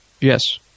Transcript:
yes